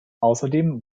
außerdem